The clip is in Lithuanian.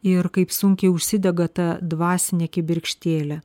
ir kaip sunkiai užsidega ta dvasinė kibirkštėlė